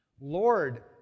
Lord